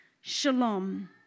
shalom